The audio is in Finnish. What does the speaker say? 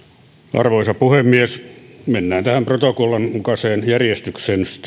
arvoisa puhemies mennään tähän protokollan mukaiseen järjestykseen